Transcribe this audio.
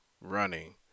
running